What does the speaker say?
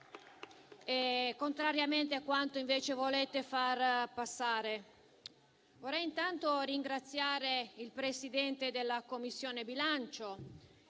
contrariamente a quanto invece volete far passare. Vorrei intanto ringraziare il Presidente della Commissione bilancio,